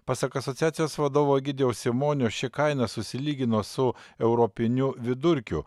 pasak asociacijos vadovo egidijaus simonio ši kaina susilygino su europiniu vidurkiu